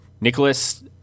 Nicholas